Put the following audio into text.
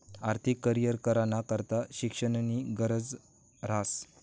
आर्थिक करीयर कराना करता शिक्षणनी गरज ह्रास